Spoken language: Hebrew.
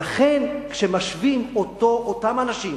לכן, כשמשווים אותם אנשים